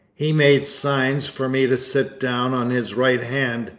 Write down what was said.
he made signs for me to sit down on his right hand,